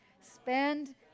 spend